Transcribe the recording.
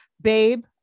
Babe